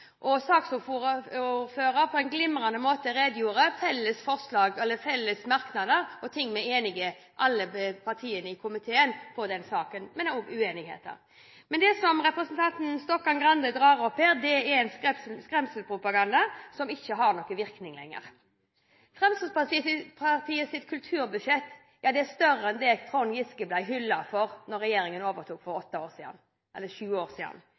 og saksordføreren redegjorde på en glimrende måte for felles merknader og ting alle partiene i komiteen er enige om i denne saken. Men det er også uenigheter. Det som representanten Stokkan-Grande drar opp her, er en skremselspropaganda som ikke har noen virkning lenger. Fremskrittspartiets kulturbudsjett er større enn det Trond Giske ble hyllet for da regjeringen overtok for sju år siden. Nå har regjeringen styrt i snart sju år,